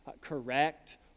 correct